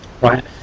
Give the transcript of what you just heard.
right